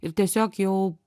ir tiesiog jau